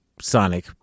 Sonic